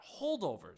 holdovers